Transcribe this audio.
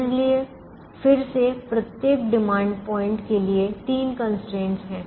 इसलिए फिर से प्रत्येक डिमांड प्वाइंट के लिए तीन कंस्ट्रेंट्स हैं